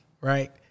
right